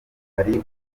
hari